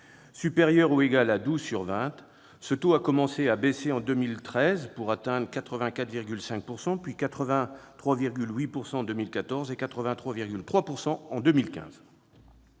supérieure ou égale à 12 sur 20, ce taux a commencé à baisser en 2013, pour atteindre 84,5 %, puis 83,8 % en 2014 et 83,3 % en 2015.